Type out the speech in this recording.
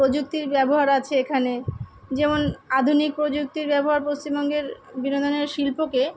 প্রযুক্তির ব্যবহার আছে এখানে যেমন আধুনিক প্রযুক্তির ব্যবহার পশ্চিমবঙ্গের বিনোদনের শিল্পকে